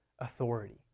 authority